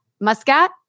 Muscat